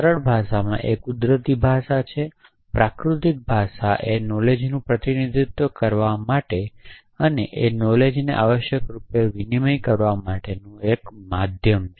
સરળ ભાષા એ કુદરતી ભાષા છે પ્રાકૃતિક ભાષા એ નોલેજનું પ્રતિનિધિત્વ કરવા માટે અને એ નોલેજને આવશ્યકરૂપે વિનિમય કરવા માટેનું એક માધ્યમ છે